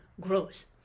grows